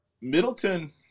Middleton